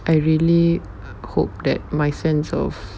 I really hope that my sense of